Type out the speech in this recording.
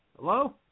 Hello